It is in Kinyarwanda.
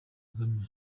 kagame